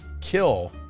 kill